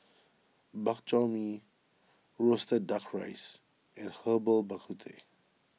Bak Chor Mee Roasted Duck Rice and Herbal Bak Ku Teh